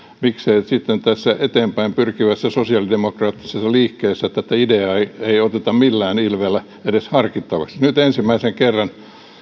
miksi sitten tässä eteenpäin pyrkivässä sosiaalidemokraattisessa liikkeessä tätä ideaa ei oteta millään ilveellä edes harkittavaksi nyt ensimmäisen kerran